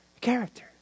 character